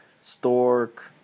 stork